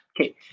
Okay